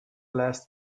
last